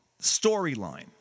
storyline